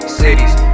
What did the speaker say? cities